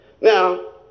Now